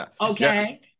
Okay